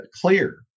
clear